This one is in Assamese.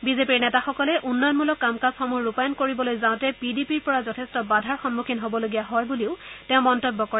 বিজেপিৰ নেতাসকলে উন্নয়নমূলক কাম কাজসমূহ ৰূপায়ণ কৰিবলৈ যাওতে পি ডি পিৰ পৰা যথেষ্ট বাধাৰ সন্মুখীন হ'বলগীয়া হয় বুলি তেওঁ মন্তব্য কৰে